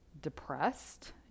depressed